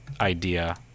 idea